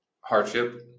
hardship